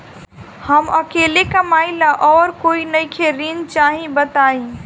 हम अकेले कमाई ला और कोई नइखे ऋण चाही बताई?